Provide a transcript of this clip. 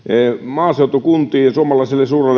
maaseutukuntiin ja suomalaiselle suurelle